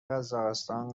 قزاقستان